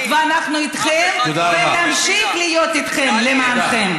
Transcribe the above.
ואנחנו איתכם ונמשיך להיות איתכם, למענכם.